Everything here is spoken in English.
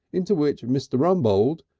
into which mr. rumbold,